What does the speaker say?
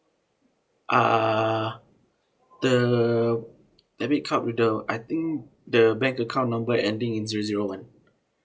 uh the debit card with the I think the bank account number ending in zero zero one